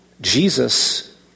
Jesus